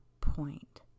point